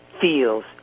feels